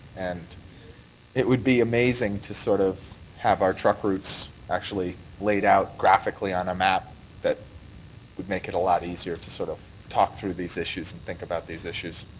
and it would be amazing to sort of have our truck routes actually laid out graphically on a map that would make it a lot easier to sort of talk through these issues and think about these issues.